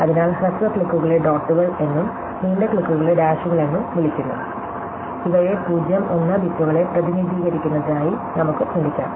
അതിനാൽ ഹ്രസ്വ ക്ലിക്കുകളെ ഡോട്ടുകൾ എന്നും നീണ്ട ക്ലിക്കുകളെ ഡാഷുകൾ എന്ന് വിളിക്കുന്നു ഇവയെ 0 1 ബിറ്റുകളെ പ്രതിനിധീകരിക്കുന്നതായി നമുക്ക് ചിന്തിക്കാം